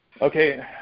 Okay